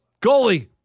Goalie